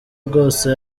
bwose